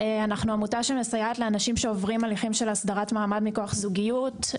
אנחנו עמותה שמסייעת לאנשים שעוברים הליכים של הסדרת מעמד מכוח זוגיות,